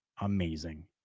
Amazing